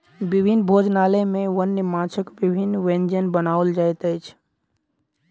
विभिन्न भोजनालय में वन्य माँछक विभिन्न व्यंजन बनाओल जाइत अछि